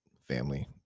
family